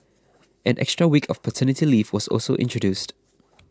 an extra week of paternity leave was also introduced